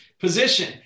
position